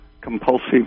compulsive